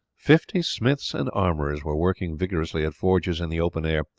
fifty smiths and armourers were working vigorously at forges in the open air,